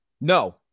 no